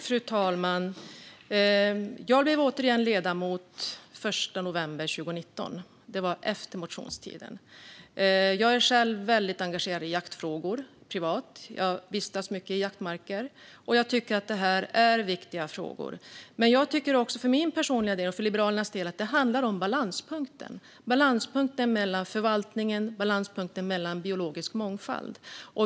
Fru talman! Jag blev återigen ledamot den 1 november 2019. Det var efter motionstiden. Jag är själv väldigt engagerad i jaktfrågor privat. Jag vistas mycket i jaktmarker. Jag tycker att det är viktiga frågor. För min personliga del och Liberalerna del handlar det om balanspunkten mellan förvaltningen och biologisk mångfald.